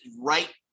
right